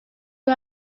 you